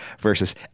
versus